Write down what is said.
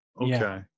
Okay